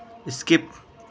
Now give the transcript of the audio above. skip